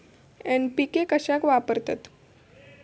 NPK कशाक वापरतत?